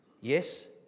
Yes